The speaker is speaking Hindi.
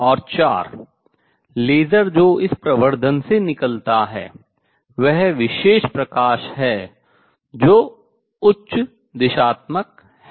और चार लेसर जो इस प्रवर्धन से निकलता है वह विशेष प्रकाश है जो उच्च दिशात्मक है